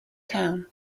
town